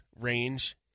range